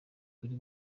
kuri